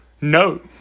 no